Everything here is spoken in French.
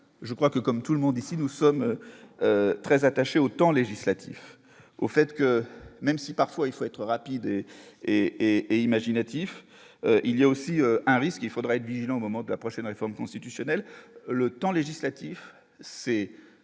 je crois que comme tout le monde ici, nous sommes très attachés au temps législatif au fait que, même si parfois il faut être rapide et et et et imaginatif, il y a aussi un risque : il faudra être vigilant au moment de la prochaine réforme constitutionnelle le temps législatif c'est